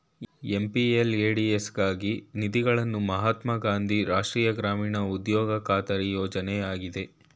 MPLADS ಗಾಗಿ ನಿಧಿಗಳನ್ನು ಮಹಾತ್ಮ ಗಾಂಧಿ ರಾಷ್ಟ್ರೀಯ ಗ್ರಾಮೀಣ ಉದ್ಯೋಗ ಖಾತರಿ ಯೋಜ್ನ ಆಯ್ತೆ